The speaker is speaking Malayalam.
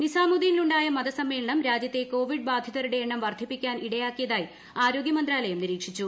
നിസാമുദ്ദീനിലുണ്ടായ മതസമ്മേളനം രാജ്യത്തെ കോവിഡ് ബാധിതരുടെ എണ്ണം വർദ്ധിപ്പിക്കാൻ ഇടയാക്കിയതായി അരോഗ്യ മന്ത്രാലയം നിരീക്ഷിച്ചു